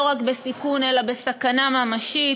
לא רק בסיכון אלא בסכנה ממשית,